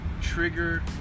trigger